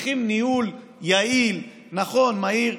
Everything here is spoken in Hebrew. צריכים ניהול יעיל, נכון, מהיר.